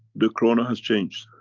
the corona has changed.